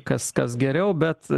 kas kas geriau bet